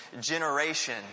generation